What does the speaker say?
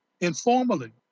Informally